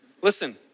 Listen